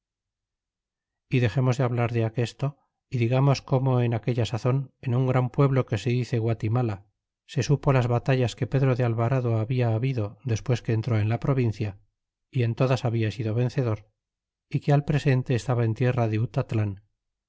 y dexemos de hablar de aquesto y digamos como en aquella sazon en un gran pueblo que se dice guatimala se supo las batallas que pedro de alvarado habia habido despues que entró en la provincia y en todas habla sido vencedor y que al presente estaba en tierra de